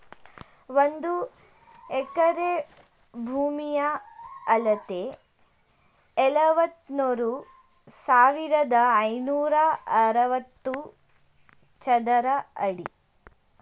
ಒಂದು ಎಕರೆ ಭೂಮಿಯ ಅಳತೆ ನಲವತ್ಮೂರು ಸಾವಿರದ ಐನೂರ ಅರವತ್ತು ಚದರ ಅಡಿ